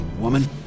woman